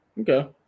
Okay